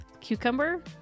cucumber